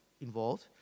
involved